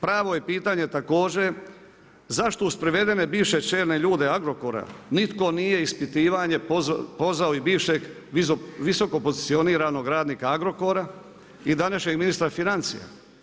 Pravo je pitanje također zašto uz privedene bivše čelne ljude Agrokora nitko nije na ispitivanje pozvao i bivšeg visoko pozicioniranog radnika Agrokora i današnjeg ministra financija?